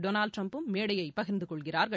Donald டிரம்ப்பும் மேடையை பகிர்ந்து கொள்கிறார்கள்